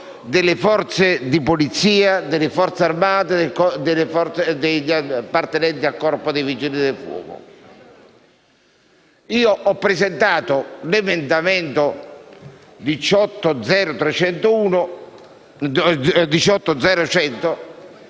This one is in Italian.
Io ho presentato l'emendamento 18.0.100,